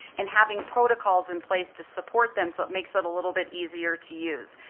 and having protocols in place to support them so it makes it a little bit easier to use.